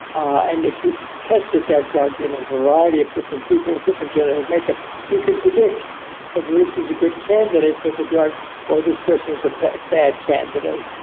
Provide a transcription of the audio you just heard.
and if you tested that drug in a variety of different people with different genetic makeup you can predict whether but this is a good candidate for the drug or this person is a bad candidate.